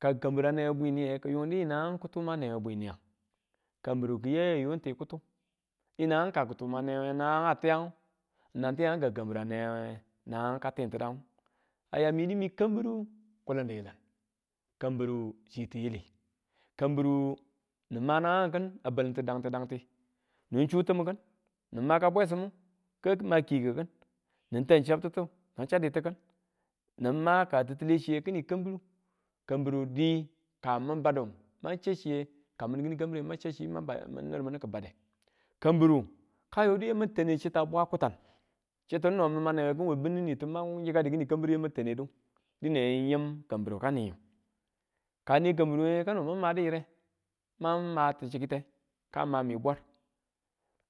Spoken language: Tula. Ka kambira newe bwi niye yungdu nang kitumwa newe bwi niyag, kambiry kiya yayu n ti kitum yinang ka kitum a newenge naanga tiyang nang tiyangu, ka kambiru a newege nangu ka tintidagu a ya min yi du mi kambiru kulun diyilin, kambiru chi tiyili, kambiru nu ma naang ki̱n a balitu dangti, dangti ni chu ti̱mi ki̱n ni ma ka bwesimmu ka̱g ma kikuki̱n ni ta̱ng chabtitu ni chaditu ki̱n nima ka tittule chiye kini kambiru, kambiru dii ka mi badu ma cha chiye ka mini ki kambire ma chau chi ma bang ur minu ki bade, kambiru kayodu yamag tane chita bwa kutan, chitu nong newenga kim we bunnitu mang yikadu ki̱ni kambiru yama ta̱nedu dinb n yim kambiru ka niyu ka ne kambiru wenge kanodu mam madu yire mangma ti̱chiki̱te ka mami bwar